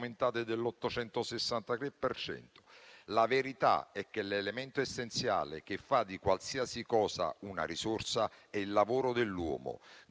cento. La verità è che l'elemento essenziale che fa di qualsiasi cosa una risorsa è il lavoro dell'uomo.